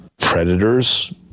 Predators